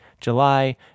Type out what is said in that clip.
July